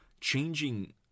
changing